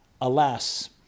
Alas